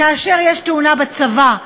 כאשר יש תאונה בצבא,